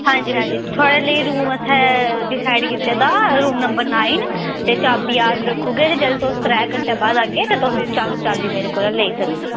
हां जी हां जी थोआड़े लेई रूम असें डिसाइड कीते दा रूम नंबर नाइन ते चाबी अस रक्खी ओड़गे जेल्लै तुस त्रै घैंटे बाद आह्गे ते तुस चाबी मेरे कोला लेई सकने